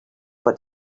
but